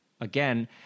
again